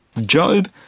Job